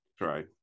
Right